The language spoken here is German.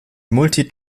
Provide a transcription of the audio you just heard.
multi